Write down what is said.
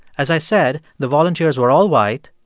as i said, the volunteers were all white,